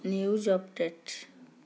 news update